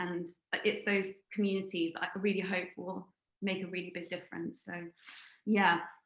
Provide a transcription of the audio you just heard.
and but it's those communities i really hope will make a really big difference, so yeah.